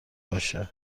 باشه